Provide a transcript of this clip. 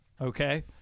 Okay